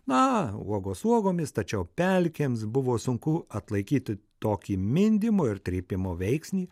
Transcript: na uogos uogomis tačiau pelkėms buvo sunku atlaikyti tokį mindymo ir trypimo veiksnį